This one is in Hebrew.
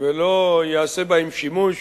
ולא ייעשה בהן שימוש